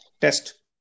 test